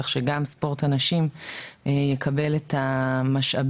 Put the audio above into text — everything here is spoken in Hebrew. כך שגם ספורט הנשים יקבל את המשאבים,